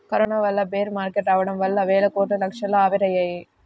corona వల్ల bear market రావడం వల్ల వేల కోట్లు క్షణాల్లో ఆవిరయ్యాయి